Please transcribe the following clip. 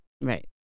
Right